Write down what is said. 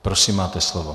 Prosím máte slovo.